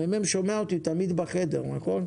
הממ"מ שומע אותי, תמיד בחדר, נכון?